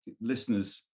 listeners